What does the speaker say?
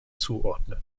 zuordnen